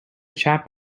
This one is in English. chap